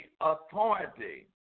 authority